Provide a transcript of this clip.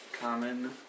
Common